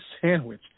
sandwich